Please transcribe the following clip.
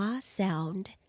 sound